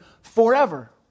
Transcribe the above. forever